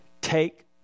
take